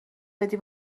بدی